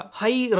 high